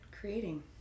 creating